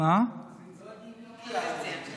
לא יודעים מי תהיה האופוזיציה.